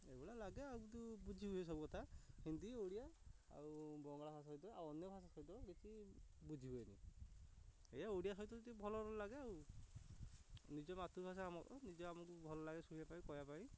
ଏଭଳିଆ ଲାଗେ ଆଉ କିନ୍ତୁ ବୁଝି ହୁଏ ସବୁ କଥା ହିନ୍ଦୀ ଓଡ଼ିଆ ଆଉ ବଙ୍ଗଳା ଭାଷା ସହିତ ଆଉ ଅନ୍ୟ ଭାଷା ସହିତ ବେଶୀ ବୁଝି ହୁଏନି ଏଇଆ ଓଡ଼ିଆ ସହିତ ଯଦି ଭଲ ଲାଗେ ଆଉ ନିଜ ମାତୃଭାଷା ଆମର ନିଜ ଆମକୁ ଭଲ ଲାଗେ ଶୁଣିବା ପାଇଁ କହିବା ପାଇଁ